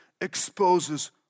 exposes